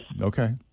okay